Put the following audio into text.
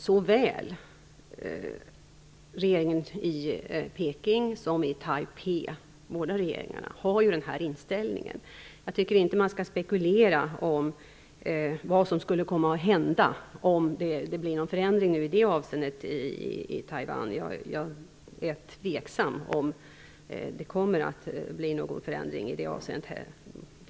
Såväl regeringen i Peking som regeringen i Taipei har den inställningen. Jag tycker inte att man skall spekulera om vad som skulle komma att hända om det blev någon förändring i det avseendet i Taiwan. Jag är tveksam om det dessutom kommer att bli någon förändring i det avseendet.